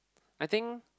I think